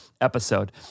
episode